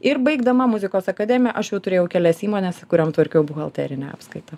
ir baigdama muzikos akademiją aš jau turėjau kelias įmones kuriom tvarkiau buhalterinę apskaitą